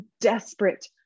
desperate